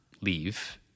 leave